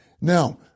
Now